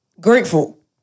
grateful